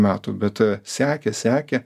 metų bet sekė sekė